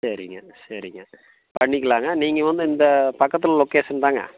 சரிங்க சரிங்க பண்ணிக்கலாங்க நீங்கள் வந்து இந்த பக்கத்தில் லொக்கேஷன் தாங்க